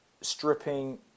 stripping